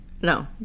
no